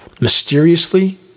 Mysteriously